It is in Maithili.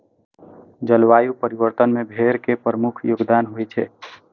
जलवायु परिवर्तन मे भेड़ के प्रमुख योगदान होइ छै